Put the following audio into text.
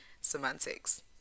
semantics